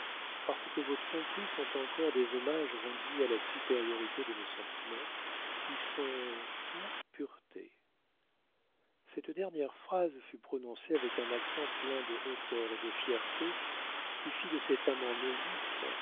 parce que vos tromperies sont encore des hommages rendus à la supériorité de nos sentiments qui sont tout pureté cette dernière phrase fut prononcée avec un accent plein de hauteur et de fierté qui fit de cet amant novice